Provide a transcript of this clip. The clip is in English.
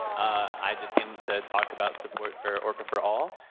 i just came to talk about support for orca for all.